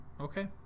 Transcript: okay